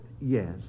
yes